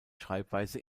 schreibweise